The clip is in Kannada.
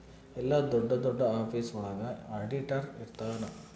ಎಲ್ಲ ದೊಡ್ಡ ದೊಡ್ಡ ಆಫೀಸ್ ಒಳಗ ಆಡಿಟರ್ ಇರ್ತನ